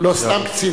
לא סתם קצין,